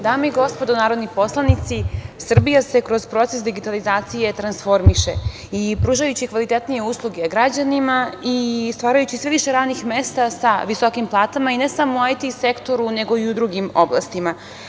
Dame i gospodo narodni poslanici, Srbija se kroz proces digitalizacije transformiše i pruža kvalitetnije usluge građanima i stvara sve više radnih mesta sa visokom platama i ne samo u IT sektoru, nego i u drugim oblastima.